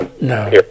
No